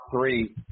three